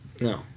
No